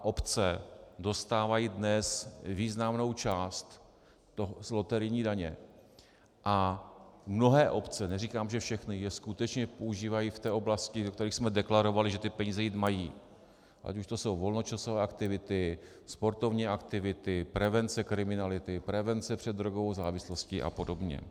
Obce dostávají dnes významnou část z loterijní daně a mnohé obce, neříkám že všechny, je skutečně používají v té oblasti, do které jsme deklarovali, že ty peníze jít mají, ať už jsou to volnočasové aktivity, sportovní aktivity, prevence kriminality, prevence před drogovou závislostí apod.